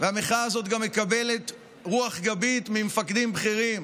והמחאה הזאת גם מקבלת רוח גבית ממפקדים בכירים